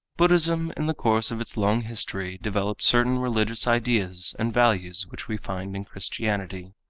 buddhism in the course of its long history developed certain religious ideas and values which we find in christianity.